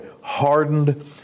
hardened